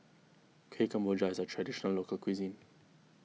Kuih Kemboja is a Traditional Local Cuisine